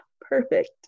perfect